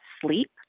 sleep